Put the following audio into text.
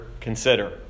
consider